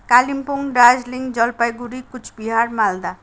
Kalimpong Darjeeling Jalpaiguri Coochbehar Malda